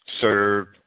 serve